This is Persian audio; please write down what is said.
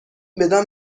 بدان